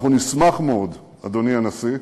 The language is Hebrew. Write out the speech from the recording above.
אנחנו נשמח מאוד, אדוני הנשיא,